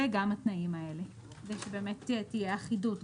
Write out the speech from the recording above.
וגם "התנאים האלה", כדי שבאמת תהיה אחידות.